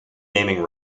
naming